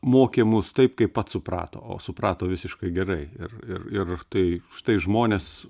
mokė mus taip kaip pats suprato o suprato visiškai gerai ir ir ir tai štai žmonės